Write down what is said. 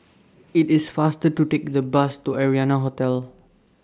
IT IS faster to Take The Bus to Arianna Hotel